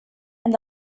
and